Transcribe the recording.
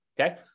Okay